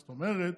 זאת אומרת,